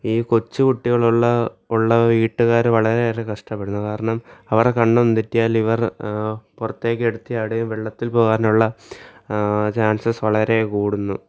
ഈ കൊച്ചു കുട്ടികളുള്ള ഉള്ള വീട്ടുകാർ വളരെയേറെ കഷ്ടപ്പെടുന്നു കാരണം അവരെ കണ്ണൊന്ന് തെറ്റിയാൽ ഇവർ പുറത്തേക്ക് എടുത്ത് ചാടി വെള്ളത്തിൽ പോകാനുള്ള ചാൻസസ് വളരെ കൂടുന്നു